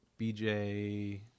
BJ